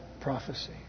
prophecy